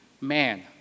man